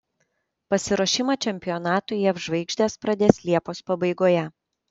pasiruošimą čempionatui jav žvaigždės pradės liepos pabaigoje